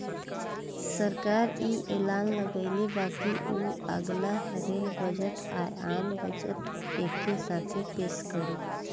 सरकार इ ऐलान कइले बा की उ अगला रेल बजट आ, आम बजट एके साथे पेस करी